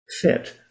fit